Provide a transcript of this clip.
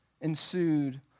ensued